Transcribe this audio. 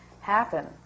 happen